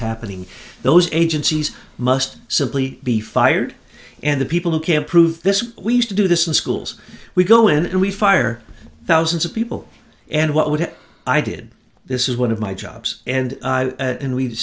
happening those agencies must simply be fired and the people who can prove this we used to do this in schools we go in and we fire thousands of people and what would i did this is one of my jobs and